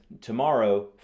tomorrow